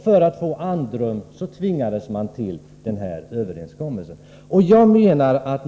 För att få andrum tvingades Mogambique till denna överenskommelse med Sydafrika.